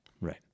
right